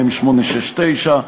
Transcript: מ/869.